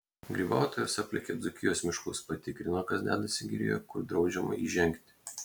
grybautojas aplėkė dzūkijos miškus patikrino kas dedasi girioje kur draudžiama įžengti